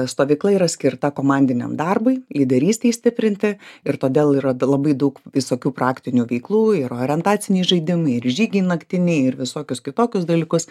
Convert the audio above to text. stovykla yra skirta komandiniam darbui lyderystei stiprinti ir todėl yra dau labai daug visokių praktinių veiklų yra orientaciniai žaidimai ir žygiai naktiniai ir visokius kitokius dalykus